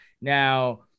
Now